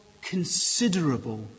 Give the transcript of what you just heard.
considerable